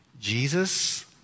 Jesus